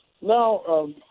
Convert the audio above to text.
now